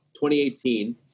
2018